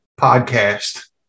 podcast